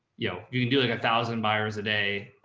know, you can do like a thousand buyers a day.